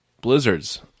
blizzards